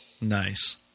Nice